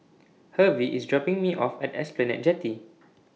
Hervey IS dropping Me off At Esplanade Jetty